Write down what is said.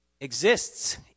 Exists